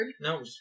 No